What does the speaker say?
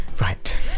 Right